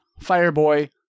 Fireboy